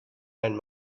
own